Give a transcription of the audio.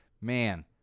man